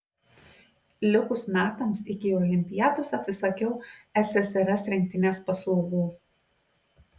likus metams iki olimpiados atsisakiau ssrs rinktinės paslaugų